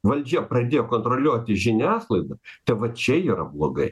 valdžia pradėjo kontroliuoti žiniasklaidą tai vat čia yra blogai